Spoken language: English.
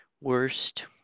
worst